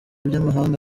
by’amahanga